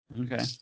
Okay